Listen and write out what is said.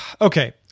okay